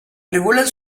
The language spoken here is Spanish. regulan